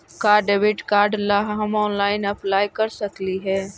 का debit card ला हम ऑनलाइन अप्लाई कर सकली हे?